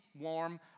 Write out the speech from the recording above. warm